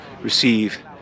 receive